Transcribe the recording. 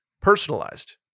personalized